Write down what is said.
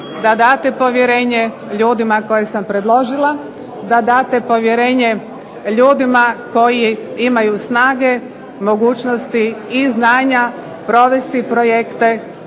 da date povjerenje ljudima koje sam predložila, da date povjerenje ljudima koji imaju snage, mogućnosti i znanja provesti projekte